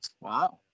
Wow